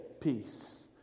peace